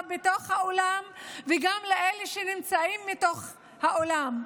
בתוך האולם וגם לאלה שנמצאים מחוץ לאולם,